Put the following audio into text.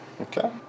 Okay